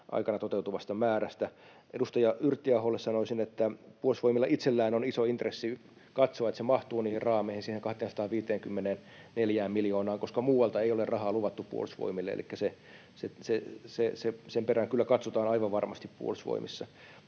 aikana toteutuvasta määrästä. Edustaja Yrttiaholle sanoisin, että Puolustusvoimilla itsellään on iso intressi katsoa, että se mahtuu niihin raameihin, siihen 254 miljoonaan, koska muualta ei ole rahaa luvattu Puolustusvoimille. Elikkä sen perään kyllä katsotaan aivan varmasti Puolustusvoimissa.